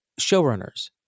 showrunners